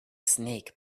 snake